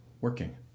working